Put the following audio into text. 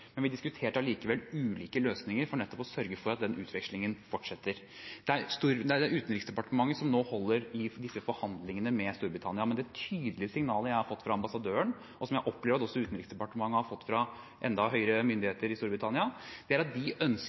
men vi diskuterte allikevel ulike løsninger for nettopp å sørge for at den utvekslingen fortsetter. Det er Utenriksdepartementet som nå holder i disse forhandlingene med Storbritannia, men det tydelige signalet jeg har fått fra ambassadøren, og som jeg opplever at også Utenriksdepartementet har fått fra enda høyere myndigheter i Storbritannia, er at de ønsker